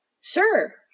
sure